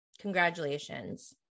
Congratulations